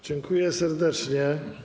Dziękuję serdecznie.